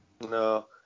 No